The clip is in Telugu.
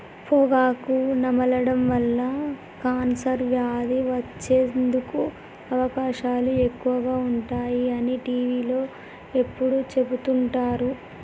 పొగాకు నమలడం వల్ల కాన్సర్ వ్యాధి వచ్చేందుకు అవకాశాలు ఎక్కువగా ఉంటాయి అని టీవీలో ఎప్పుడు చెపుతుంటారు